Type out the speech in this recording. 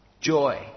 joy